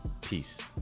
Peace